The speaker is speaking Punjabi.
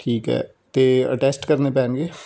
ਠੀਕ ਹੈ ਅਤੇ ਅਟੈਸਟ ਕਰਨੇ ਪੈਣਗੇ